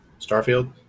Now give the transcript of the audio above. Starfield